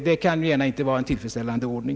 Det kan ju inte gärna vara en tillfredsställande ordning.